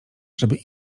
żeby